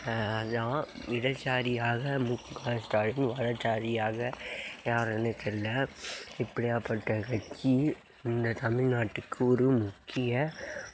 அதுதான் இடதுச்சாரியாக முக ஸ்டாலின் வலதுச்சாரியாக யாருன்னு தெரியல இப்படிப்பட்ட கட்சி இந்த தமிழ்நாட்டுக்கு ஒரு முக்கிய